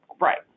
right